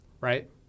Right